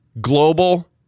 global